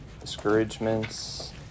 Discouragements